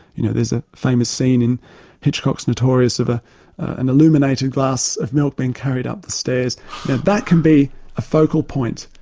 you know, there's a famous scene in hitchock's notorious of ah an illuminated glass of milk being carried up the stairs that can be a focal point,